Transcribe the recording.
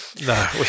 No